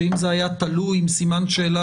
שזה לא תלוי עם סימן שאלה,